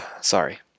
Sorry